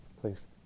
Please